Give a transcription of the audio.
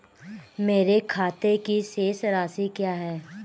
मेरे खाते की शेष राशि क्या है?